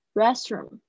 restroom